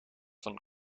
van